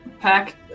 pack